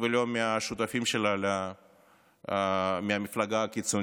ולא מהשותפים שלה מהמפלגה הקיצונית.